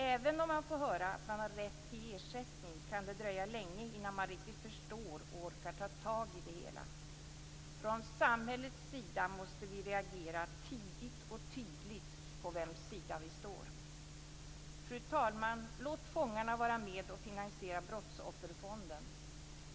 Även om man får höra att man har rätt till ersättning kan det dröja länge innan man riktigt förstår och orkar ta tag i det hela. Från samhällets sida måste vi reagera och tydligt visa på vems sida vi står. Fru talman! Låt fångarna vara med och finansiera Brottsofferfonden.